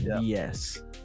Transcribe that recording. yes